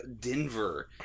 Denver